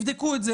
תבדקו את זה.